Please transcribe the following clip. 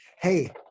hey